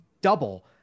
double